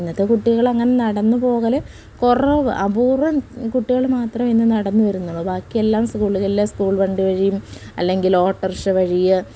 ഇന്നത്തെ കുട്ടികൾ അങ്ങനെ നടന്ന് പോകൽ കുറവ് അപൂർവം കുട്ടികൾ മാത്രം ഇന്ന് നടന്ന് വരുന്നു ബാക്കിയെല്ലാം സ്കൂള എല്ലാം സ്കൂൾ വണ്ടി വഴിയും അല്ലെങ്കിൽ ഓട്ടറിക്ഷ വഴി